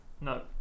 No